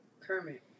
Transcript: Kermit